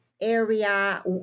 area